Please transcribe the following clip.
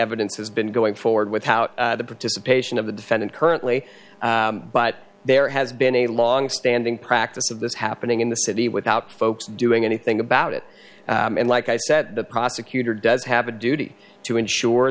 evidence has been going forward without the participation of the defendant currently but there has been a longstanding practice of this happening in the city without folks doing anything about it and like i said the prosecutor does have a duty to ensure